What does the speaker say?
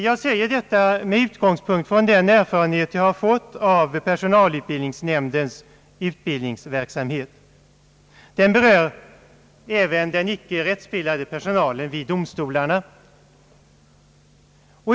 Jag säger detta med utgångspunkt från den erfarenhet jag har fått av personalutbildningsnämndens utbildningsverksamhet. Den berör även den icke rättsbildade personalen vid domstolarna.